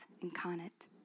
incarnate